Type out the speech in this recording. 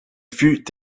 fut